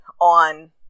on